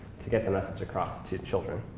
to get the message across to children.